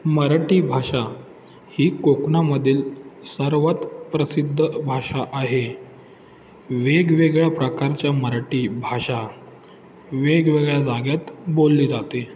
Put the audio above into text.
मराठी भाषा ही कोकणामधील सर्वात प्रसिद्ध भाषा आहे वेगवेगळ्या प्रकारच्या मराठी भाषा वेगवेगळ्या जाग्यात बोलली जाते